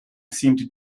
seemed